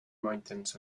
mountains